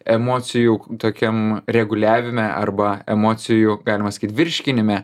emocijų tokiam reguliavime arba emocijų galima sakyt virškinime